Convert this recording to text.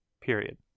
period